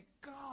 God